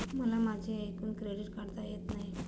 मला माझे एकूण क्रेडिट काढता येत नाही